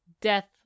death